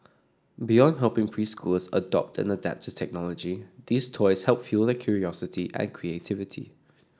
beyond helping preschoolers adopt and adapt to technology these toys help fuel their curiosity and creativity